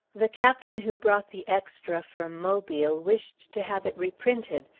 the captain who brought the extra from mobile wished to have it reprinted,